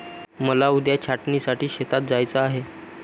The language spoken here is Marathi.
मला उद्या छाटणीसाठी शेतात जायचे आहे